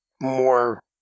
more